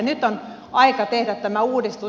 nyt on aika tehdä tämä uudistus